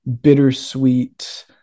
bittersweet